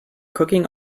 cooking